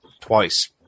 twice